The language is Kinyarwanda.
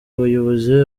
abayobozi